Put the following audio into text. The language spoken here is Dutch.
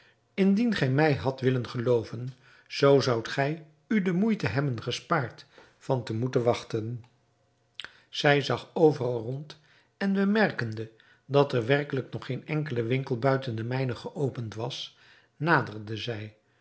indien gij mij hadt willen gelooven zoo zoudt gij u de moeite hebben gespaard van te moeten wachten zij zag overal rond en bemerkende dat er werkelijk nog geen enkele winkel buiten de mijne geopend was naderde zij